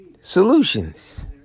Solutions